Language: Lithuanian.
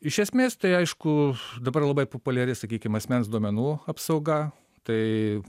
iš esmės tai aišku dabar labai populiari sakykim asmens duomenų apsauga tai